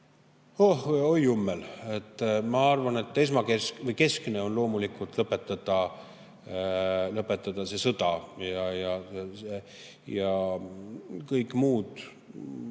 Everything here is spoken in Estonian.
Ooh, oi jummel! Ma arvan, et keskne on loomulikult lõpetada see sõda. Ja kõigi muude,